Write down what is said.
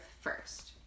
first